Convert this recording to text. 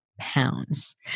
pounds